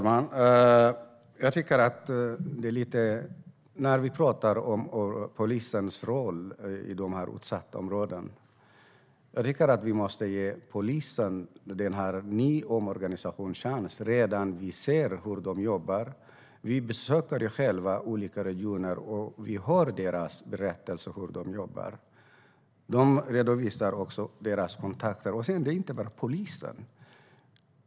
Herr ålderspresident! I fråga om polisens roll i dessa utsatta områden måste vi ge polisen och den nya omorganisationen en chans. Vi ser redan hur de jobbar. Vi har besökt olika regioner och har hört dem berätta hur de jobbar. De redovisar också sina kontakter. Det handlar dock inte bara om polisen.